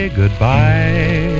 goodbye